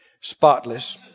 spotless